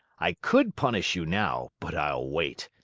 i could punish you now, but i'll wait!